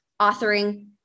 authoring